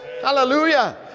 Hallelujah